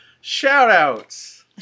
shout-outs